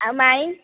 ଆଉ ମାଇଁ